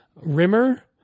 rimmer